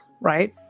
right